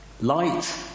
Light